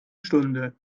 stunde